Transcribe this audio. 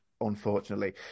unfortunately